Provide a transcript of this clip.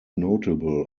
notable